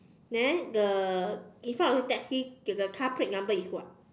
then the in front of the taxi to the car plate number is what